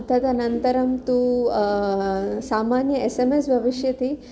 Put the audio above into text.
तदनन्तरं तु सामान्यम् एस् एम् एस् भविष्यति